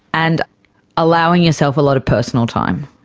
and allowing yourself a lot of personal time.